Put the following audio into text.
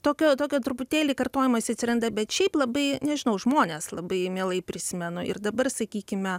tokio tokio truputėlį kartojimosi atsiranda bet šiaip labai nežinau žmones labai mielai prisimenu ir dabar sakykime